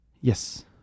yes